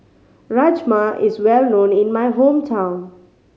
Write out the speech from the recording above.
rajma is well known in my hometown